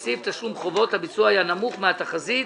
בסעיף תשלום חובות, הביצוע היה נמוך מהתחזית.